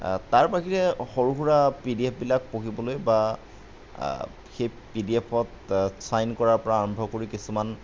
তাৰ বাহিৰে সৰু সুৰা পি ডি এফবিলাক পঢ়িবলৈ বা সেই পি ডি এফত চাইন কৰাৰ পৰা আৰম্ভ কৰি কিছুমান